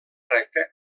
recta